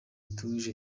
ituje